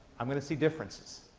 i'm going to see differences.